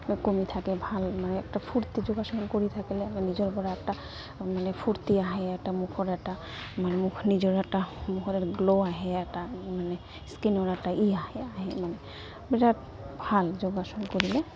কমি থাকে ভাল মানে এটা ফূৰ্তি যোগাসন কৰি থাকিলে নিজৰ পৰা এটা মানে ফূুৰ্তি আহে এটা মুখৰ এটা মানে মুখ নিজৰ এটা মুখৰ গ্ল' আহে এটা মানে স্কিনৰ এটা ই আহে আহে মানে বিৰাট ভাল যোগাসন কৰিলে